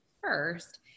first